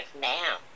now